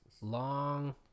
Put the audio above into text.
Long